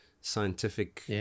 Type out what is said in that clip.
scientific –